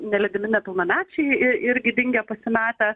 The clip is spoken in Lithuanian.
nelydimi nepilnamečiai į irgi dingę pasimetę